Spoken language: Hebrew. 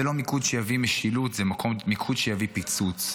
זה לא מיקוד שיביא משילות, זה מיקוד שיביא פיצוץ.